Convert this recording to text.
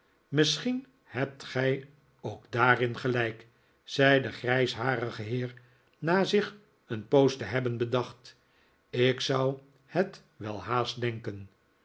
misschien hebt gij ook daarin gelijk zei de grijsharige heer na zich een poos te hebben bedacht ik zou het wel haast denken